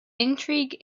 intrigue